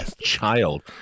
child